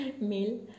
meal